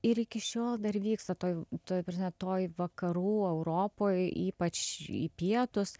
ir iki šiol dar vyksta toj toj ta prasme vakarų europoj ypač į pietus